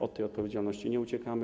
Od tej odpowiedzialności nie uciekamy.